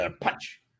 punch